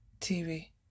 TV